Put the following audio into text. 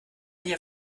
hier